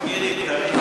מירי, תראי להם.